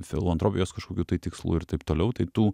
filantropijos kažkokių tikslų ir taip toliau tai tų